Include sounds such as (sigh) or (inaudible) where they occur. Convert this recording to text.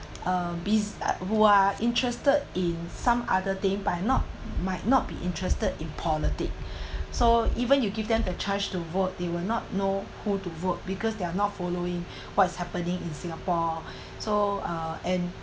uh bez~ who are interested in some other thing by not might not be interested in politic (breath) so even you give them the chance to vote they will not know who to vote because they are not following what's happening in singapore so uh and